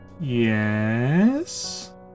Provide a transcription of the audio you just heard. yes